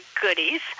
goodies